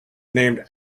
named